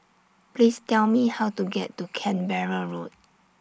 Please Tell Me How to get to Canberra Road